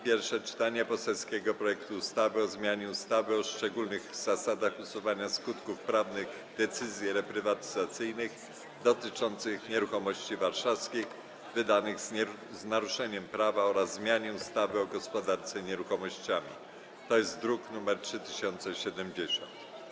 Pierwsze czytanie poselskiego projektu ustawy o zmianie ustawy o szczególnych zasadach usuwania skutków prawnych decyzji reprywatyzacyjnych dotyczących nieruchomości warszawskich, wydanych z naruszeniem prawa oraz zmianie ustawy o gospodarce nieruchomościami, druk nr 3070.